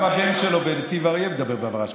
גם הבן שלו בנתיב אריה מדבר בהברה אשכנזית.